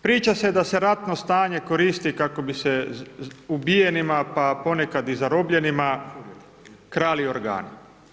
Priča se da se ratno stanje koristi, da bi se ubijenima pa ponekad i zarobljenima krali organe.